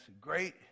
Great